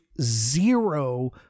zero